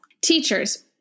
Teachers